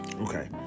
Okay